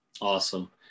Awesome